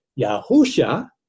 Yahusha